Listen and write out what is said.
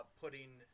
putting